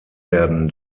werden